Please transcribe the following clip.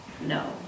No